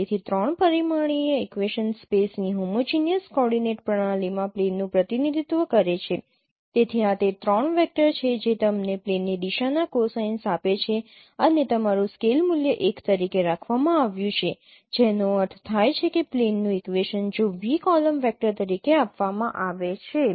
તેથી ૩ પરિમાણીય ઇક્વેશન સ્પેસની હોમોજીનીયસ કોઓર્ડિનેટ પ્રણાલીમાં પ્લેનનું પ્રતિનિધિત્વ કરે છે તેથી આ તે 3 વેક્ટર છે જે તમને પ્લેનની દિશાના કોસાઈન્સ આપે છે અને તમારું સ્કેલ મૂલ્ય 1 તરીકે રાખવામાં આવ્યું છે જેનો અર્થ થાય છે પ્લેનનું ઇક્વેશન જો v કોલમ વેક્ટર તરીકે આપવામાં આવે છે